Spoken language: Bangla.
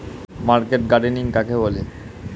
মার্কেট গার্ডেনিং কাকে বলে?